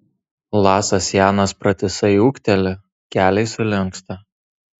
lasas janas pratisai ūkteli keliai sulinksta